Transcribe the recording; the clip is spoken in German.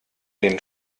den